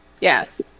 Yes